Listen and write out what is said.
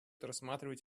рассматривать